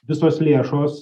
visos lėšos